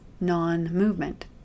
non-movement